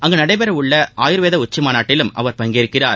அங்குநடைபெறவுள்ள ஆயூர்வேதஉச்சிமாநாட்டிலும் அவர் பங்கேற்கிறார்